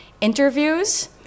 interviews